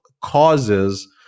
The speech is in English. causes